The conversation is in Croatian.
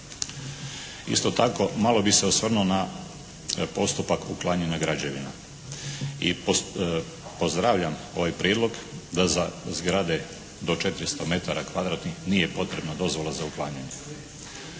Isto tako, malo bih se osvrnuo na postupak uklanjanja građevina i pozdravljam ovaj prijedlog da za zgrade do 400 metara kvadratnih nije potrebna dozvola za uklanjanje.